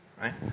right